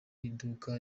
iduka